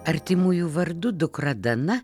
artimųjų vardu dukra dana